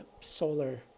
solar